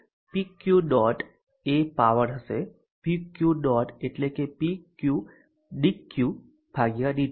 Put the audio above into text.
તો PQ dot એ power હશે પી ક્યૂ ડોટ એટલે કે પી ક્યૂ ડીક્યૂ ડીટી